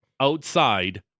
Outside